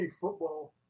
football